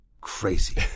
crazy